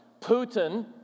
Putin